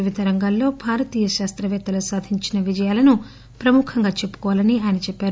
వివిధ రంగాల్లో భారతీయ శాస్తవేత్తలు సాధించిన విజయాలను ప్రముఖంగా చెప్పుకోవాలని ఆయన చెప్పారు